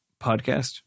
Podcast